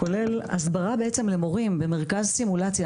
כולל הסברה בעצם למורים במרכז סימולציה,